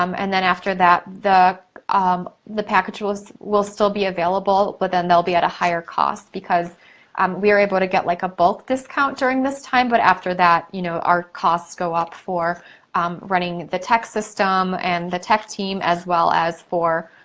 um and then after that, the um the package wills wills till be available, but then they'll be at a higher cost because um we are able to get like a bulk discount during this time, but after that, you know our costs go up for um running the tech system, and the tech team as well as for